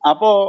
Apo